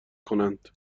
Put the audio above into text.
کنند